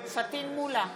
פטין מולא,